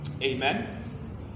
Amen